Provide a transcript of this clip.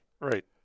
Right